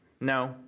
No